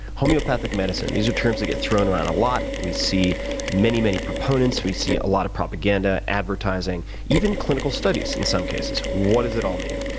homeopathic medicine these are terms that get thrown around a lot. we see many, many proponents. we see a lot of propaganda, advertising, even clinical studies in some cases. what does it all mean?